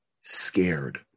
scared